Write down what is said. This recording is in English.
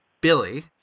Billy